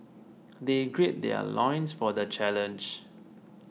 they gird their loins for the challenge